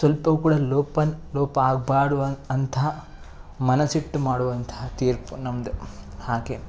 ಸ್ವಲ್ಪವು ಕೂಡ ಲೋಪ ಲೋಪ ಆಗ್ಬಾಡುವ ಅಂಥ ಮನಸ್ಸಿಟ್ಟು ಮಾಡುವಂತಹ ತೀರ್ಪು ನಮ್ಮದು ಹಾಗೆ